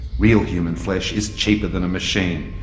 real human flesh is cheaper than a machine.